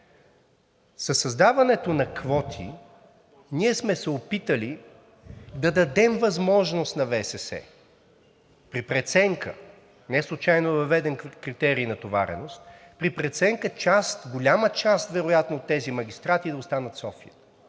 Със създаването на квоти ние сме се опитали да дадем възможност на ВСС при преценка, неслучайно е въведен критерий натовареност, при преценка част, голяма част вероятно от тези магистрати да останат в София.